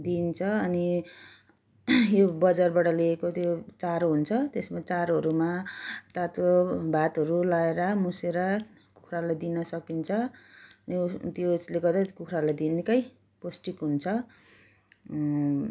दिन्छ अनि यो बजारबाट लिएको त्यो चारो हुन्छ त्यसले चारोहरूमा तातो भातहरू लगाएर मुछेर कुखुरालाई दिन सकिन्छ यो त्यो उसले गर्दाखेरि कुखुराहरूलाई दिनकै पौष्टिक हुन्छ